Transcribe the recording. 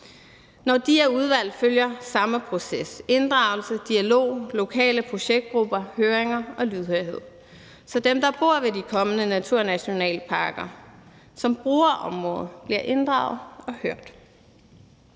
Når de er udvalgt, følger den samme proces: inddragelse, dialog, lokale projektgruppe, høringer og lydhørhed, så dem, der bor ved de kommende naturnationalparker, og som bruger området, bliver inddraget og hørt.